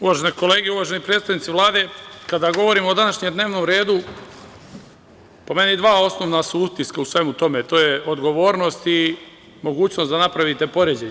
Uvažene kolege i uvaženi predstavnici Vlade, kada govorimo o današnjem dnevnom redu, po meni su dva osnovna utiska u svemu tome, a to je odgovornost i mogućnost da napravite poređenje.